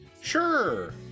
Sure